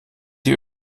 die